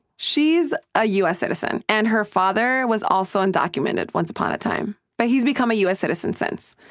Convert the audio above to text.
she's a u s. citizen. and her father was also undocumented once upon a time, but he's become a u s. citizen since.